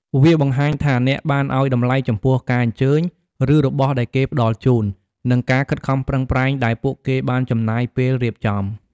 វាបង្ហាញថាអ្នកបានឲ្យតម្លៃចំពោះការអញ្ជើញ ឬរបស់ដែលគេផ្តល់ជូន និងការខិតខំប្រឹងប្រែងដែលពួកគេបានចំណាយពេលរៀបចំ។